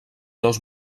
dos